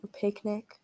picnic